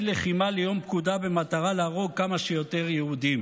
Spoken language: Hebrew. לחימה ליום פקודה במטרה להרוג כמה שיותר יהודים,